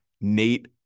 Nate